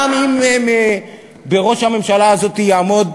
גם אם בראש הממשלה הזאת יעמוד